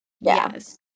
Yes